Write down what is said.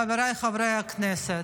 חבריי חברי הכנסת,